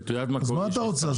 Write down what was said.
אז מה אתה רוצה?